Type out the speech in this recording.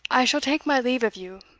i shall take my leave of you,